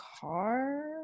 car